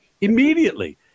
immediately